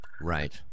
Right